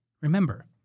Remember